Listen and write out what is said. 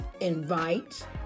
invite